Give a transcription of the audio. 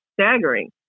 staggering